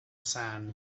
sand